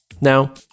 Now